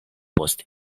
post